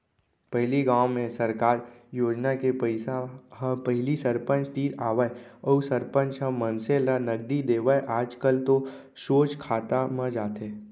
पहिली गाँव में सरकार योजना के पइसा ह पहिली सरपंच तीर आवय अउ सरपंच ह मनसे ल नगदी देवय आजकल तो सोझ खाता म जाथे